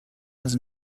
was